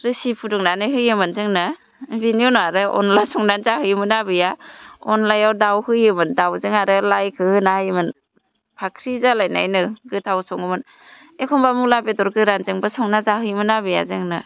रोसि फुदुंनानै होयोमोन जोंनो बिनि उनाव आरो अनला संना जाहोयोमोन आबैया अनलायाव दाव होयोमोन दावजों आरो लाइखौ होना होयोमोन फाख्रि जालायनायनो गोथाव सङोमोन एखम्बा मुला बेदर गोरानजोंबो सावना जाहोयोमोन आबैया जोंनो